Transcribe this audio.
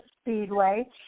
Speedway